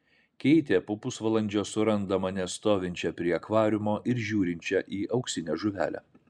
keitė po pusvalandžio suranda mane stovinčią prie akvariumo ir žiūrinčią į auksinę žuvelę